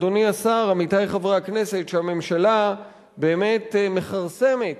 אדוני השר, עמיתי חברי הכנסת, שהממשלה באמת מכרסמת